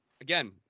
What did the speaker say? Again